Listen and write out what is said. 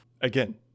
Again